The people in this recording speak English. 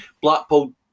Blackpool